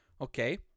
okay